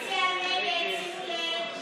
ההסתייגות (3) של קבוצת סיעת ישראל ביתנו